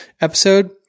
episode